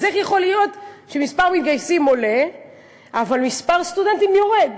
אז איך יכול להיות שמספר המתגייסים עולה אבל מספר הסטודנטים יורד,